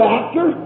actor